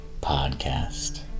podcast